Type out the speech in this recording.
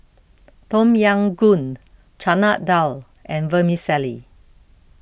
Tom Yam Goong Chana Dal and Vermicelli